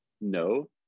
no